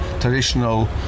traditional